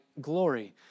glory